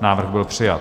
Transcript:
Návrh byl přijat.